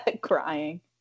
Crying